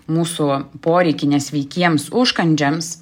mūsų poreikį nesveikiems užkandžiams